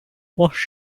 wash